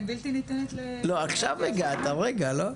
עכשיו הגעת, הרגע, לא?